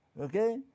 okay